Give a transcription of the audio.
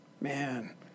Man